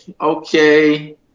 Okay